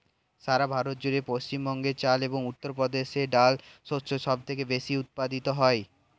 সারা ভারত জুড়ে পশ্চিমবঙ্গে চাল এবং উত্তরপ্রদেশে ডাল শস্য সবচেয়ে বেশী উৎপাদিত হয়